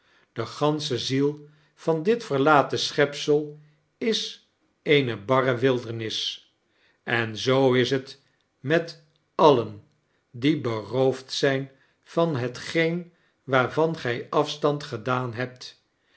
de ganeche ziel van dit verlaten schepsel is eene barre wildernis en zoo is het met alien die beroofd zijn van hetgeen waarvan gij afstand gedaan hebt